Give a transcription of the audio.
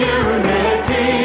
unity